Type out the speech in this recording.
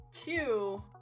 two